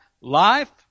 life